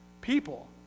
people